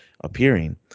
appearing